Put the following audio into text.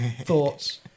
thoughts